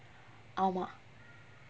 ஆமா:aamaa